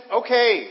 okay